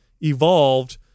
evolved